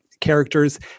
characters